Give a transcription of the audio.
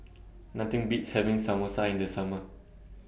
Nothing Beats having Samosa in The Summer